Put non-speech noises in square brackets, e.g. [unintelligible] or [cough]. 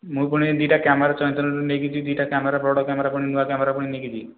ମୁଁ ପୁଣି ଦୁଇଟା କ୍ୟାମେରା [unintelligible] ନେଇକି ଯିବି ଦୁଇଟା କ୍ୟାମେରା ବଡ଼ କ୍ୟାମେରା ପୁଣି ନୂଆ କ୍ୟାମେରା ପୁଣି ନେଇକି ଯିବି